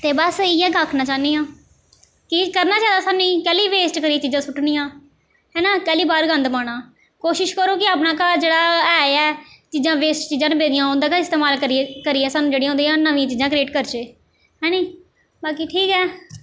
ते बस इ'यै इक आक्खना चाह्न्नीं आं कि करना चाहिदा सानूं एह् कैह्ली वेस्ट करियै चीज़ां सुट्टनियां है ना कैह्ली बाहर गंद पाना कोशिश करो कि अपना घर जेह्ड़ा है ऐ चीज़ां वेस्ट चीज़ां पेदियां उं'दा गै इस्तमाल करियै सानूं जेह्ड़ियां उं'दियां नमियां चीज़ां क्रिएट करचै है नी बाकी ठीक ऐ